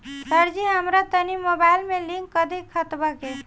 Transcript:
सरजी हमरा तनी मोबाइल से लिंक कदी खतबा के